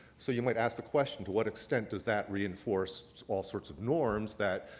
so you might ask the question, to what extent does that reinforce all sorts of norms that